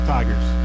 Tigers